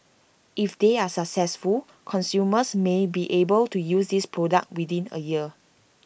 if they are successful consumers may be able to use this product within A year